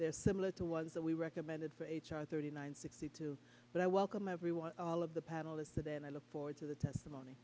there similar to was that we recommended for h r thirty nine sixty two but i welcome everyone all of the panelists today and i look forward to the testimony